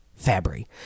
Fabry